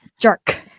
jerk